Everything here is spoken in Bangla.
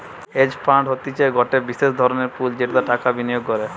হেজ ফান্ড হতিছে গটে বিশেষ ধরণের পুল যেটাতে টাকা বিনিয়োগ করে